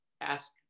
ask